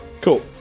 Cool